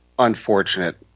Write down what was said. Unfortunate